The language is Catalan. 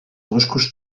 boscos